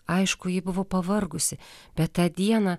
aišku ji buvo pavargusi bet tą dieną